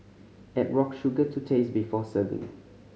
add rock sugar to taste before serving